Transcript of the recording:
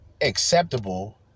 acceptable